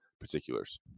particulars